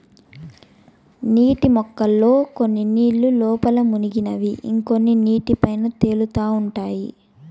నీటి మొక్కల్లో కొన్ని నీళ్ళ లోపల మునిగినవి ఇంకొన్ని నీటి పైన తేలుతా ఉంటాయి